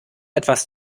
etwas